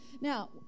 Now